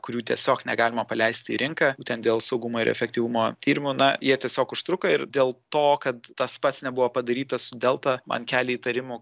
kurių tiesiog negalima paleisti į rinką būtent dėl saugumo ir efektyvumo tyrimų na jie tiesiog užtruko ir dėl to kad tas pats nebuvo padaryta su delta man kelia įtarimų